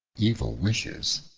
evil wishes,